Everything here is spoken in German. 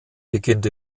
beginnt